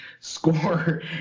score